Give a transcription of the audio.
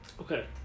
Okay